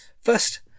first